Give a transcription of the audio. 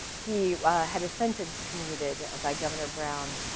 he had his sentence commuted ah by governor brown,